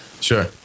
Sure